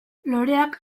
loreak